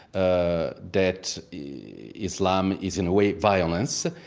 ah that islam is in a way violence.